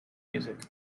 music